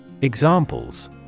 Examples